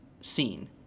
scene